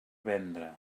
vendre